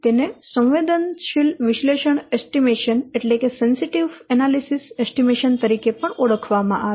તેને સંવેદનશીલ વિશ્લેષણ એસ્ટીમેશન તરીકે પણ ઓળખવામાં આવે છે